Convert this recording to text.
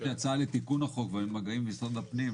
יש לי הצעה לתיקון החוק ואני במגעים עם משרד הפנים,